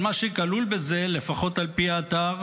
מה שכלול בזה, לפחות על פי האתר,